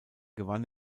gewann